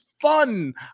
fun